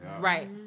Right